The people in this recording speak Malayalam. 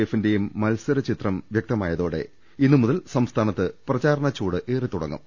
എ ഫിന്റെയും മത്സരചിത്രം വ്യക്തമായതോടെ ഇന്നു മുതൽ സംസ്ഥാ നത്ത് പ്രചാരണച്ചൂട് ഏറിത്തുടങ്ങും